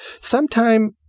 Sometime